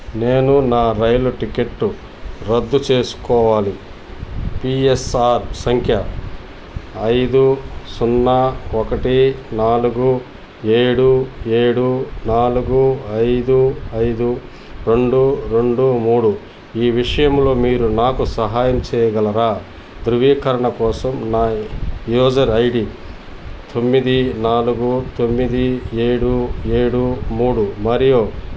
నేను నా రైలు టికెట్టు రద్దు చేసుకోవాలి పీఎన్ఆర్ సంఖ్య ఐదు సున్నా ఒకటి నాలుగు ఏడు ఏడు నాలుగు ఐదు ఐదు రెండు రెండు మూడు ఈ విషయంలో మీరు నాకు సహాయం చేయగలరా ధృవీకరణ కోసం నా యూజర్ ఐడి తొమ్మిది నాలుగు తొమ్మిది ఏడు ఏడు మూడు మరియు